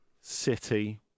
City